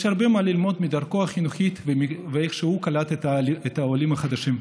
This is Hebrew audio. יש הרבה מה ללמוד מדרכו החינוכית ומאיך שהוא קלט את העולים החדשים.